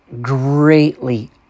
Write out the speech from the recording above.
greatly